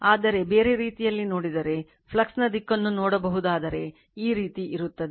ಆದರೆ ಬೇರೆ ರೀತಿಯಲ್ಲಿ ನೋಡಿದರೆ ಫ್ಲಕ್ಸ್ನ ದಿಕ್ಕನ್ನು ನೋಡಬಹುದಾದರೆ ಈ ರೀತಿ ಇರುತ್ತದೆ